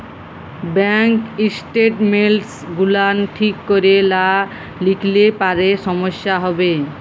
bank statements গুলান ঠিক ক্যরে লা লিখলে পারে সমস্যা হ্যবে